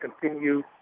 continue –